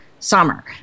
Summer